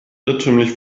irrtümlich